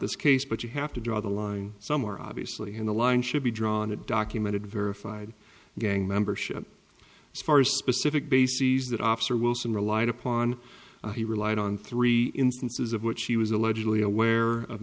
this case but you have to draw the line somewhere obviously in the line should be drawn a documented verified gang membership as far as specific bases that officer wilson relied upon he relied on three instances of which he was allegedly aware of